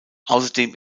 außerdem